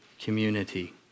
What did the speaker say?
community